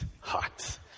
hot